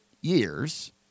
years